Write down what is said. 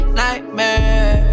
nightmare